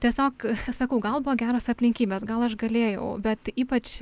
tiesiog sakau gal buvo geros aplinkybės gal aš galėjau bet ypač